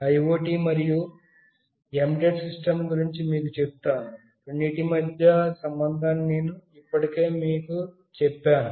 IoT మరియు embedded system గురించి మీకు చెప్తాను రెండింటి మధ్య సంబంధాన్ని నేను ఇప్పటికే మీకు చెప్పాను